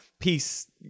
Peace